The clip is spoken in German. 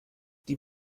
die